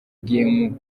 game